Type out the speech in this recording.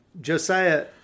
Josiah